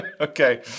Okay